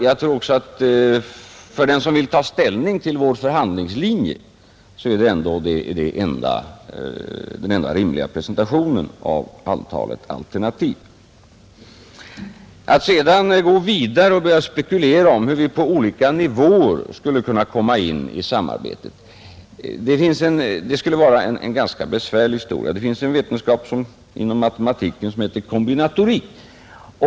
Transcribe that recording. Jag tror också att det för den som vill ta ställning till vår förhandlingslinje ändå är den enda rimliga presentationen av antalet alternativ. Att sedan gå vidare och spekulera om hur vi på olika nivåer skulle kunna komma in i samarbetet vore en ganska besvärlig historia. Det finns en vetenskap inom matematiken som heter kombinatorik.